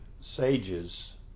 sages